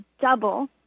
double